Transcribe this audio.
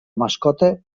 mascota